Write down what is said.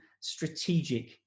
strategic